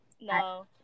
no